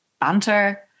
banter